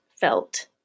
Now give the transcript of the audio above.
felt